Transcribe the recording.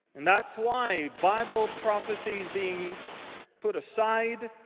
and that's why bible prophecy is being put aside.